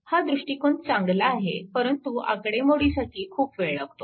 हा दृष्टिकोन चांगला आहे परंतु आकडेमोडीसाठी खूप वेळ लागतो